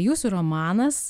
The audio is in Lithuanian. jūsų romanas